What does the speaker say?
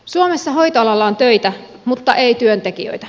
suomessa hoitoalalla on töitä mutta ei työntekijöitä